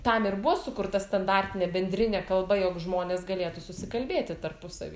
tam ir buvo sukurta standartinė bendrinė kalb jog žmonės galėtų susikalbėti tarpusavy